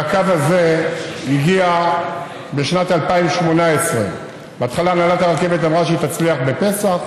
והקו הזה הגיע בשנת 2018. בהתחלה הנהלת הרכבת אמרה שהיא תצליח בפסח.